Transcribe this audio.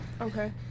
Okay